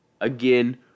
again